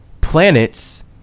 Planets